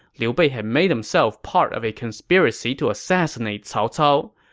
liu bei had made himself part of a conspiracy to assassinate cao cao.